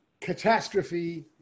catastrophe